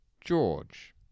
George